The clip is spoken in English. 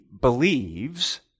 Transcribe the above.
believes